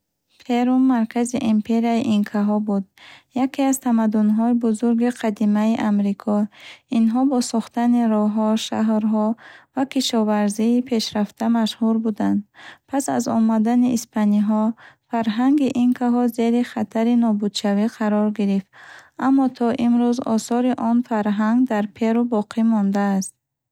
Перу маркази Империяи Инкаҳо буд. Яке аз тамаддунҳои бузурги қадимаи Амрико. Инҳо бо сохтани роҳҳо, шаҳрҳо ва кишоварзии пешрафта машҳур буданд. Пас аз омадани испаниҳо, фарҳанги Инкаҳо зери хатари нобудшавӣ қарор гирифт. Аммо то имрӯз осори он фарҳанг дар Перу боқӣ мондааст.